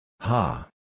Ha